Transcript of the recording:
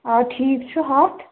آ ٹھیٖک چھُ ہَتھ